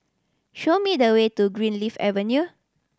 show me the way to Greenleaf Avenue